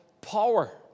power